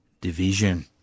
division